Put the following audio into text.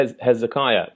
Hezekiah